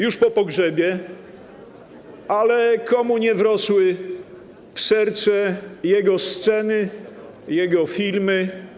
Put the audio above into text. Już po pogrzebie, ale komu nie wrosły w serce jego sceny, jego filmy.